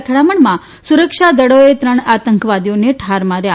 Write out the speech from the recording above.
અથડામણમાં સુરક્ષા દળોએ ત્રણ આતંકવાદીઓને ઠાર માર્યા